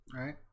Right